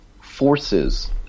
forces